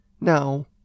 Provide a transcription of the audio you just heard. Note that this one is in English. Now